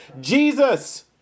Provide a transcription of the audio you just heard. Jesus